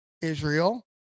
Israel